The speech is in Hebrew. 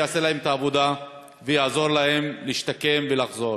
יעשה להם את העבודה ויעזור להם להשתקם ולחזור.